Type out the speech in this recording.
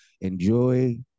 enjoy